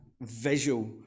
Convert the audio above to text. visual